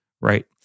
right